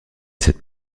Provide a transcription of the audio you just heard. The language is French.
cette